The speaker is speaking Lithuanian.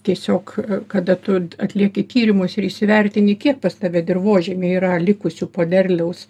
tiesiog kada tu atlieki tyrimus ir įsivertini kiek pas tave dirvožemyje yra likusių po derliaus